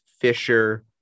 Fisher